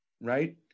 right